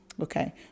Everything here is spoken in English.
Okay